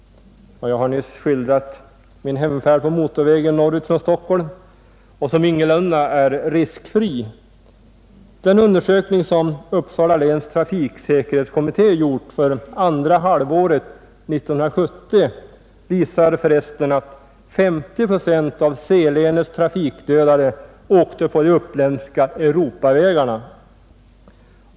Jag har nyss skildrat min hemfärd på motorvägen norrut från Stockholm, som ingalunda var riskfri. Den ansökning som Uppsala läns trafiksäkerhetskommitté gjort för andra halvåret 1970 visar förresten att 50 procent av C-—länets trafikdödade åkte på de uppländska Europavägarna.